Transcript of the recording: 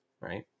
right